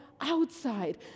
outside